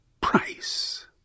price